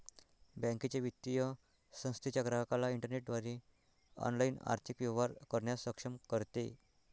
बँकेच्या, वित्तीय संस्थेच्या ग्राहकाला इंटरनेटद्वारे ऑनलाइन आर्थिक व्यवहार करण्यास सक्षम करते